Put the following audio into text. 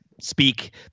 speak